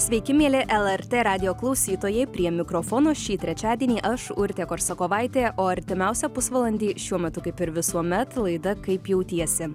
sveiki mieli lrt radijo klausytojai prie mikrofono šį trečiadienį aš urtė korsakovaitė o artimiausią pusvalandį šiuo metu kaip ir visuomet laida kaip jautiesi